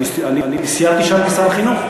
כן, אני סיירתי שם עם משרד החינוך.